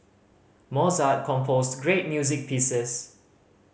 Mozart composed great music pieces